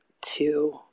two